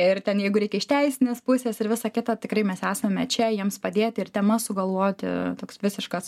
ir ten jeigu reikia iš teisinės pusės ir visa kita tikrai mes esame čia jiems padėti ir temas sugalvoti toks visiškas